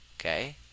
Okay